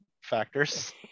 factors